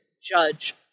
judge